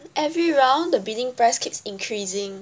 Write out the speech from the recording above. every round the bidding price keeps increasing